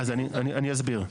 אני אסביר.